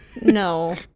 No